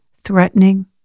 threatening